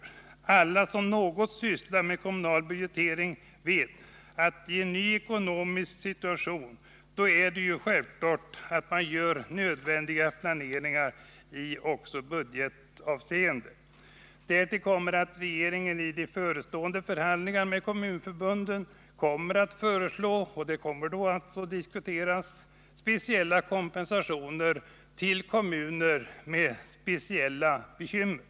Alla som något sysslat med kommunal budgetering vet att det är självklart att man i en ny ekonomisk situation gör nödvändiga justeringar också när det gäller budgeten. Därtill kommer regeringen i de förestående förhandlingarna med kommunförbunden att föreslå — och det får då diskuteras — speciella kompensationer till kommuner med särskilda bekymmer.